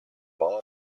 involved